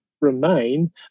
remain